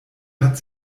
hat